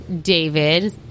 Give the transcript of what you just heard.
David